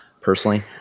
personally